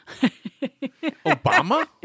Obama